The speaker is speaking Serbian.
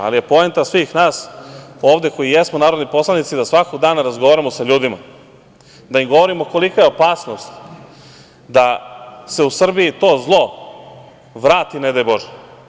Ali, poenta svih nas ovde koji jesmo narodni poslanici, da svakog dana razgovaramo sa ljudima, da im govorimo kolika je opasnost da se u Srbiji to zlo vrati ne daj Bože.